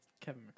Kevin